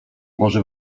może